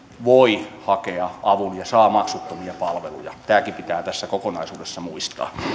voivat hakea avun ja saavat maksuttomia palveluja tämäkin pitää tässä kokonaisuudessa muistaa